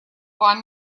вам